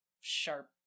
sharp